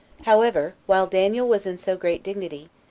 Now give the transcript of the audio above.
however, while daniel was in so great dignity,